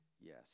Yes